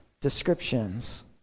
descriptions